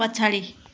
पछाडि